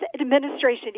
administration